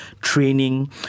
training